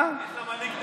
יש לה מנהיג טוב.